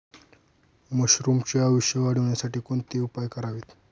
मशरुमचे आयुष्य वाढवण्यासाठी कोणते उपाय करावेत?